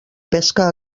pesca